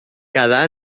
quedà